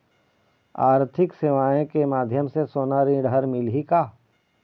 आरथिक सेवाएँ के माध्यम से सोना ऋण हर मिलही का?